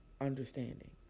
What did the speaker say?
understanding